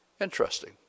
interesting